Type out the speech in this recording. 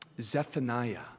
Zephaniah